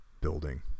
building